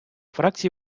фракції